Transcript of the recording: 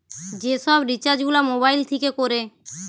যে সব রিচার্জ গুলা মোবাইল থিকে কোরে